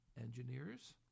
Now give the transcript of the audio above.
engineers